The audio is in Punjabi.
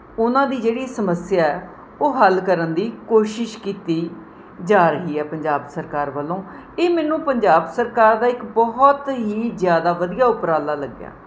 ਉਹਨਾਂ ਦੀ ਜਿਹੜੀ ਸਮੱਸਿਆ ਉਹ ਹੱਲ ਕਰਨ ਦੀ ਕੋਸ਼ਿਸ਼ ਕੀਤੀ ਜਾ ਰਹੀ ਹੈ ਪੰਜਾਬ ਸਰਕਾਰ ਵੱਲੋਂ ਇਹ ਮੈਨੂੰ ਪੰਜਾਬ ਸਰਕਾਰ ਦਾ ਇੱਕ ਬਹੁਤ ਹੀ ਜ਼ਿਆਦਾ ਵਧੀਆ ਉਪਰਾਲਾ ਲੱਗਿਆ